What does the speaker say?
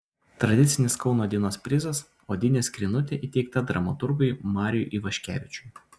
tradicinis kauno dienos prizas odinė skrynutė įteikta dramaturgui mariui ivaškevičiui